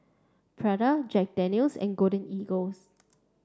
Prada Jack Daniel's and Golden Eagle